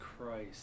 Christ